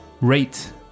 rate